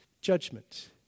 judgment